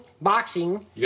boxing